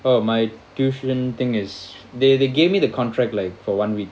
err my tuition thing is they they gave me the contract like for one week